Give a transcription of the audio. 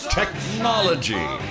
technology